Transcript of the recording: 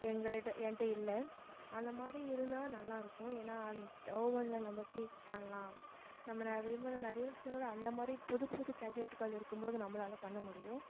எங்களிட்ட என்கிட்ட இல்லை அந்த மாதிரி இருந்தால் நல்லாயிருக்கும் ஏன்னால் ஓவனில் நம்ம கேக் பண்ணலாம் நம்ம விரும்புகிற நிறைய விஷயங்கள் அந்த மாதிரி புது புது கேஜெட்கள் இருக்கும் போது நம்மளால பண்ண முடியும்